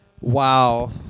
Wow